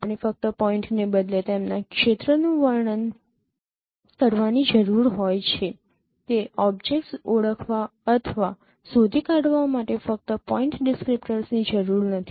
આપણે ફક્ત પોઈન્ટને બદલે તેમના ક્ષેત્રનું વર્ણન કરવાની જરૂર હોય છે તે ઓબ્જેક્ટ ઓળખવા અથવા શોધી કાઢવા માટે ફક્ત પોઈન્ટ ડિસ્ક્રીપ્ટર્સ જરૂર નથી